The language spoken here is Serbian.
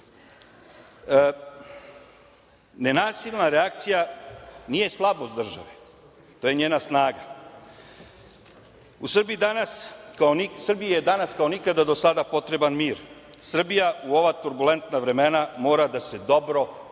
dotični. Nenasilna reakcija nije slabost, to je njena snaga. Srbiji je danas kao nikada do sada potreban mir. Srbija u ova turbulentna vremena mora da se dobro i